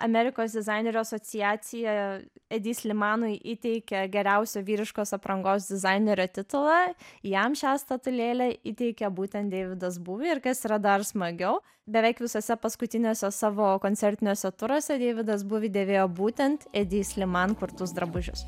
amerikos dizainerių asociacija edi slimanui įteikė geriausio vyriškos aprangos dizainerio titulą jam šią statulėlę įteikė būtent deividas būvi ir kas yra dar smagiau beveik visuose paskutiniuose savo koncertiniuose turuose deividas buvi dėvėjo būtent edi sliman kurtus drabužius